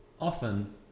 Often